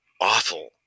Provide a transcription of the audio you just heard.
awful